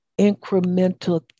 incremental